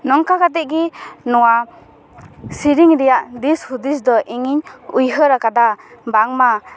ᱱᱚᱝᱠᱟ ᱠᱟᱛᱮᱫ ᱜᱮ ᱱᱚᱣᱟ ᱥᱮᱨᱮᱧ ᱨᱮᱟᱜ ᱫᱤᱥ ᱦᱩᱫᱤᱥ ᱫᱚ ᱤᱧᱤᱧ ᱩᱭᱦᱟᱹᱨ ᱟᱠᱟᱫᱟ ᱵᱟᱝᱢᱟ